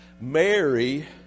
Mary